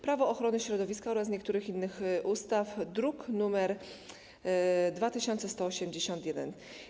Prawo ochrony środowiska oraz niektórych innych ustaw, druk nr 2181.